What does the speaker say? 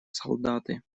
солдаты